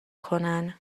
کنن